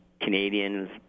Canadians